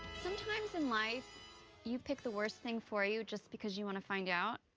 sometimes in life you pick the worst thing for you just because you want to find out,